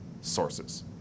sources